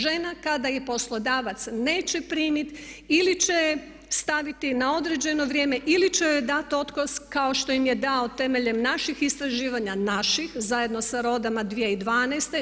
Žena kada ih poslodavac neće primiti ili će staviti na određeno vrijeme ili će joj dati otkaz kao što im je dao temeljem naših istraživanja, naših, zajedno sa RODA-ma 2012.